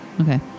Okay